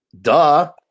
Duh